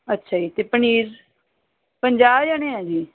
ਅੱਛਾ ਜੀ ਅਤੇ ਪਨੀਰ ਪੰਜਾਹ ਜਣੇ ਹੈ ਜੀ